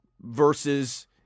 versus